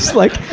like,